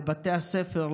לבתי הספר,